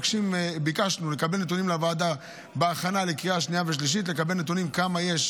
ביקשנו לקבל לוועדה בהכנה לקריאה שנייה ושלישית נתונים מעודכנים,